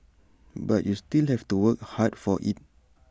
but you still have to work hard for IT